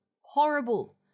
horrible